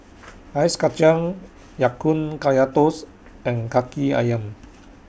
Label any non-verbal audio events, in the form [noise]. [noise] Ice Kachang Ya Kun Kaya Toast and Kaki Ayam